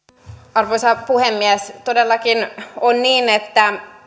arvoisa puhemies todellakin on niin että